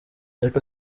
ariko